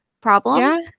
problem